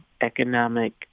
economic